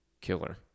killer